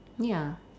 ya